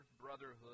brotherhood